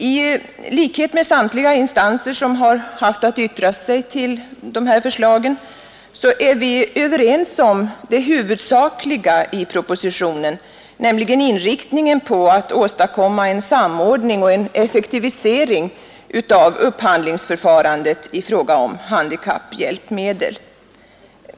I likhet med samtliga instanser som har haft att yttra sig över de här förslagen är vi överens med socialministern om det huvudsakliga i propositionen, nämligen inriktningen på att åstadkomma en samordning och en effektivisering av upphandlingsförfarandet i fråga om handikapphjälpmedel.